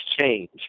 change